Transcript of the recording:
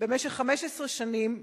"במשך 15 שנים,